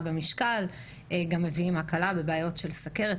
במשקל הם גם מביאים להקלה בבעיות של סוכרת,